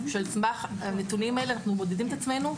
שעל סמך הנתונים האלה אנחנו מודדים את עצמנו,